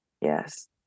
yes